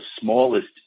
smallest